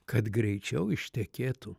kad greičiau ištekėtų